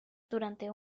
durante